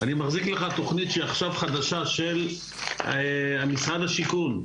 אני מחזיק ביד תוכנית חדשה של משרד השיכון,